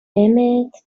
emmett